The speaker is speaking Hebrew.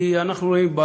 כי אנחנו רואים,